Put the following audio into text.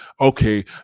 Okay